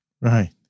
Right